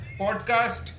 podcast